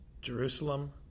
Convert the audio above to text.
Jerusalem